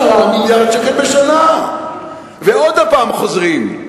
10 מיליארד שקל בשנה ועוד פעם חוזרים: